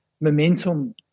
momentum